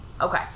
Okay